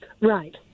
Right